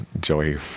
Joey